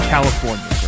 California